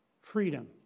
Freedom